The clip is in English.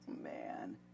Man